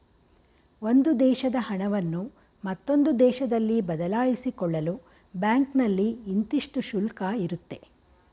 ಒಂದು ದೇಶದ ಹಣವನ್ನು ಮತ್ತೊಂದು ದೇಶದಲ್ಲಿ ಬದಲಾಯಿಸಿಕೊಳ್ಳಲು ಬ್ಯಾಂಕ್ನಲ್ಲಿ ಇಂತಿಷ್ಟು ಶುಲ್ಕ ಇರುತ್ತೆ